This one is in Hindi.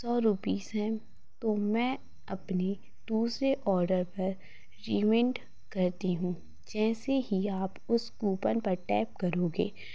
सौ रुपीस हैं तो मैं अपनी दूसरे ऑर्डर पर रीमेंट करती हूँ जैसे ही आप उस कूपन पर टैप करोगे